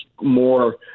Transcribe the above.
more